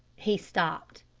he stopped.